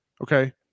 Okay